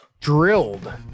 Drilled